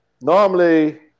Normally